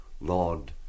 Lord